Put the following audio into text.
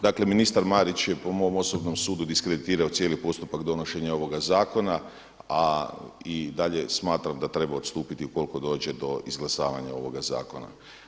Dakle, ministar Marić je po mom osobnom sudu diskreditirao cijeli postupak donošenja ovog zakona, a i dalje smatram da treba odstupiti ukoliko dođe do izglasavanja ovoga zakona.